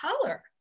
color